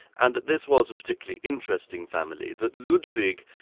and this was a particularly interesting family that ludwig,